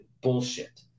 bullshit